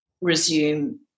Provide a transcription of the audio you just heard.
resume